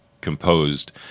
composed